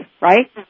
right